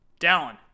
Dallin